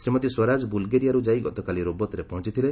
ଶ୍ରୀମତୀ ସ୍ୱରାଜ ବୁଲଗେରିଆରୁ ଯାଇ ଗତକାଲି ରୋବତ୍ରେ ପହଞ୍ଚିଥିଲେ